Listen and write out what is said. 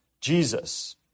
Jesus